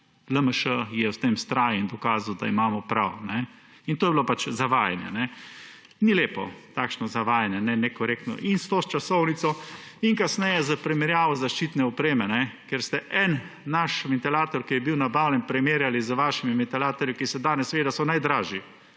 LMŠ je na tem vztrajal in dokazal, da imamo prav. To je bilo pač zavajanje. Takšno nekorektno zavajanje ni lepo, in s to časovnico in kasneje za primerjavo zaščitne opreme, kjer ste en naš ventilator, ki je bil nabavljen, primerjali z vašimi ventilatorji, ki so danes seveda najdražji,